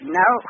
no